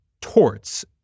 torts